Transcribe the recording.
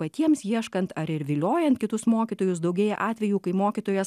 patiems ieškant ar ir viliojant kitus mokytojus daugėja atvejų kai mokytojas